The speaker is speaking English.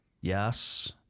yes